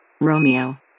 Romeo